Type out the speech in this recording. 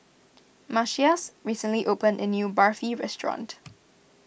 Matias recently opened a new Barfi restaurant